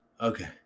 Okay